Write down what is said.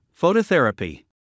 Phototherapy